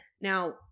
now